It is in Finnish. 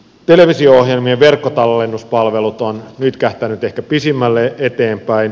televisio ohjelmien verkkotallennuspalvelut ovat nytkähtäneet ehkä pisimmälle eteenpäin